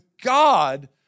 God